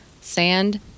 sand